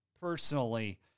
personally